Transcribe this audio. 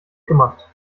gemacht